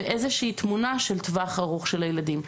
ואיזושהי תמונה של טווח ארוך של הילדים.